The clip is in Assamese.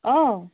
অঁ